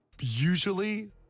usually